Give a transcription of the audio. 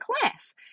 class